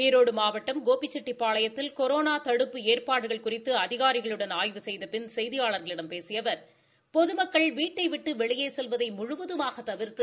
ஈரோடு மாவட்டம் கோபிசெட்டிப் பாளையத்தில் கொரோனா தடுப்பு எற்பாடுகள் குறித்து அதிகாரிகளுடன் ஆய்வு செய்த பின் செய்தியாளர்களிடம் பேசிய அவர் பொதமக்கள் வீட்டை விட்டு வெளியே செல்வதை முழுவதுமாக தவிர்த்து